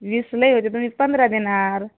वीस लई होते पण मी पंधरा देणार